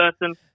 person